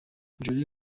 jolie